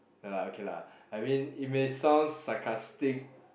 ya lah okay lah I mean it may sound sarcastic